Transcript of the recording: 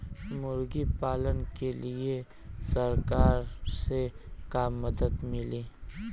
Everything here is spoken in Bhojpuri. मुर्गी पालन के लीए सरकार से का मदद मिली?